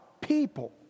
people